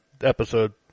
episode